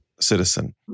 citizen